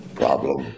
problem